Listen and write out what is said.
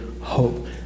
hope